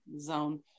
zone